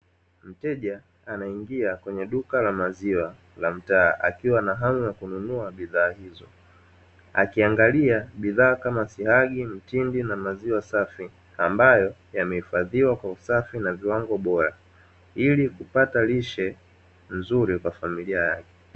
Mteja anaingia kwenye duka la maziwa la mtaa, akiwa na hamu ya kununua bidhaa hizo. Akiangalia bidhaa kama: siagi, mtindi na maziwa safi, ambayo yamehifadhiwa kwa usafi na viwango bora ili kupata lishe nzuri kwa familia yake.